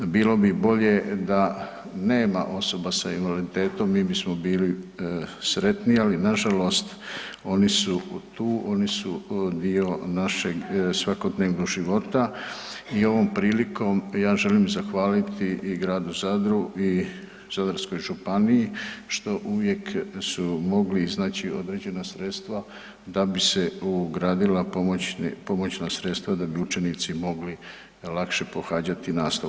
Bilo bi bolje da nema osoba s invaliditetom, mi bismo bili sretniji, ali nažalost oni su tu, oni su dio našeg svakodnevnog života i ovom prilikom ja želim zahvaliti i gradu Zadru i Zadarskoj županiji, što uvijek su mogli iznaći određena sredstva da bi se ugradila pomoćna sredstva, da bi učenici mogli lakše pohađati nastavu.